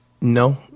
No